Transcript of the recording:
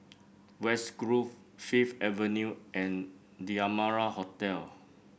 West Grove Fifth Avenue and The Amara Hotel